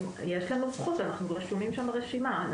יש לנו זכות, אנחנו רשומים שם ברשימה.